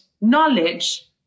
knowledge